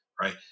Right